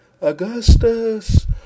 Augustus